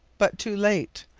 but too late.